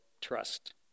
trust